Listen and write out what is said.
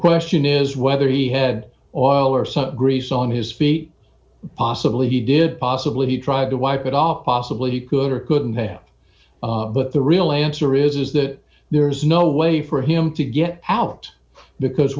question is whether he had oil or some grease on his feet possibly he did possibly he tried to wipe it off possibly he could or couldn't help but the real answer is is that there is no way for him to get out because